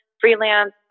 freelance